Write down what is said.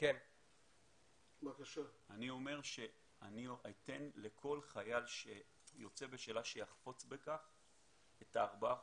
אני אומר שאני אתן לכל חייל שיוצא בשאלה שיחפוץ בכך את ארבעת